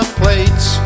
plates